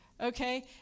Okay